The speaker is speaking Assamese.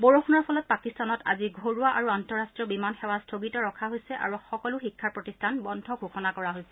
বৰষূণৰ ফলত পাকিস্তানত আজি ঘৰুৱা আৰু আন্তঃৰাষ্টীয় বিমান সেৱা স্থগিত ৰখা হৈছে আৰু সকলো শিক্ষা প্ৰতিষ্ঠান বন্ধ ঘোষণা কৰা হৈছে